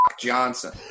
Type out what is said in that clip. Johnson